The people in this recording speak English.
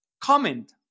comment